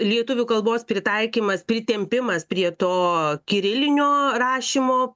lietuvių kalbos pritaikymas pritempimas prie to kirilinio rašymo